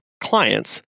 clients